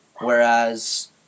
Whereas